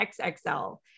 xxl